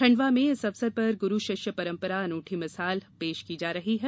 खंडवा में इस अवसर पर गुरू शिष्य पंरपरा अनुठी मिशाल पेश की जा रही है